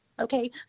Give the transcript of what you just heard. Okay